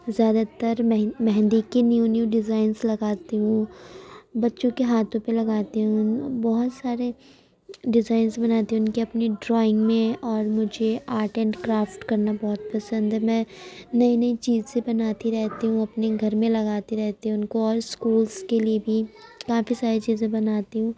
زیادہ تر مہندی کی نیو نیو ڈیزائنس لگاتی ہوں بچوں کے ہاتھوں پہ لگاتی ہوں بہت سارے ڈیزائنس بناتی ہوں ان کے اپنی ڈرائنگ میں اور مجھے آرٹ اینڈ کرافٹ کرنا بہت پسند ہے میں نئی نئی چیزیں بناتی رہتی ہوں اپنے گھر میں لگاتی رہتی ہوں ان کو اور اسکول کے لیے بھی کافی ساری چیزیں بناتی ہوں